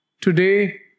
Today